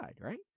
right